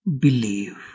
believe